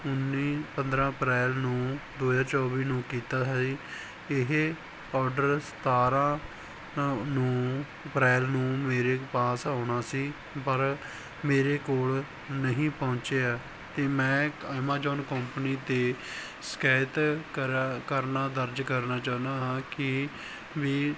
ਉੱਨੀ ਪੰਦਰਾਂ ਅਪ੍ਰੈਲ ਨੂੰ ਦੋ ਹਜ਼ਾਰ ਚੌਵੀ ਨੂੰ ਕੀਤਾ ਹੈ ਇਹ ਆਰਡਰ ਸਤਾਰ੍ਹਾਂ ਨੂੰ ਅਪ੍ਰੈਲ ਨੂੰ ਮੇਰੇ ਪਾਸ ਆਉਣਾ ਸੀ ਪਰ ਮੇਰੇ ਕੋਲ ਨਹੀਂ ਪਹੁੰਚਿਆ ਅਤੇ ਮੈਂ ਐਮਾਜੋਨ ਕੋਂਪਨੀ 'ਤੇ ਸ਼ਿਕਾਇਤ ਕਰਾ ਕਰਨਾ ਦਰਜ ਕਰਨਾ ਚਾਹੁੰਦਾ ਹਾਂ ਕਿ ਵੀ